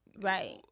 right